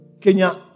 Kenya